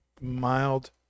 mild